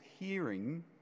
hearing